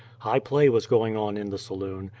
high play was going on in the saloon,